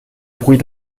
bruit